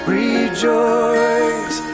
rejoice